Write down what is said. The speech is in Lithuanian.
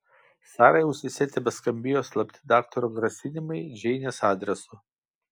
sarai ausyse tebeskambėjo slapti daktaro grasinimai džeinės adresu